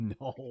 no